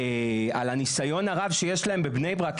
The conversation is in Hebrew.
על הניסיון הרב שיש להם בבני ברק,